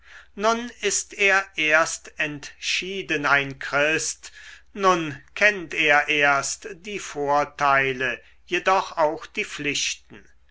nun ist er erst entschieden ein christ nun kennt er erst die vorteile jedoch auch die pflichten